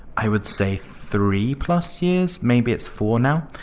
i would say, three plus years, maybe it's four now.